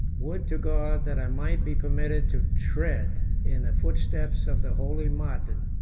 would to god that i might be permitted to tread in the footsteps of the holy martin!